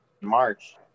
March